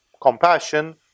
compassion